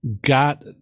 Got